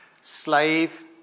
slave